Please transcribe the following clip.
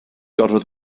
gorfod